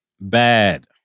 Bad